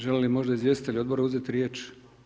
Žele li možda izvjestitelji odbora uzeti riječ?